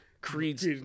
Creed's